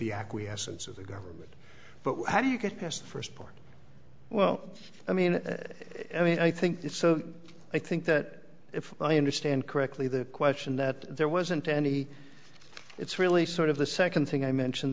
the acquiescence of the government but how do you get past the first part well i mean i mean i think it's so i think that if i understand correctly the question that there wasn't any it's really sort of the second thing i mentioned